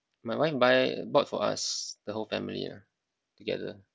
my wife buy bought for us the whole family ya together